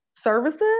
services